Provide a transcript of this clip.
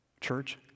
Church